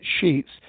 sheets